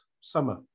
summer